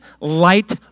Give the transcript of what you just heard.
light